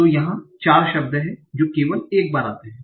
तो यहाँ चार शब्द हैं जो केवल एक बार आते हैं